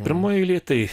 pirmoj eilėj tai